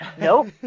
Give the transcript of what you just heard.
Nope